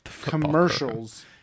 commercials